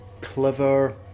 clever